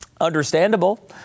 Understandable